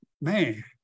man